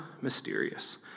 mysterious